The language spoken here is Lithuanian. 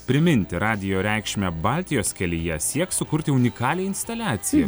priminti radijo reikšmę baltijos kelyje sieks sukurti unikalią instaliaciją